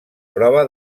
prova